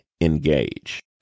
engage